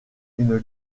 une